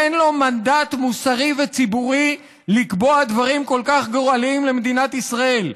אין לו מנדט מוסרי וציבורי לקבוע דברים כל כך גורליים למדינת ישראל,